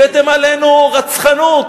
הבאתם עלינו רצחנות.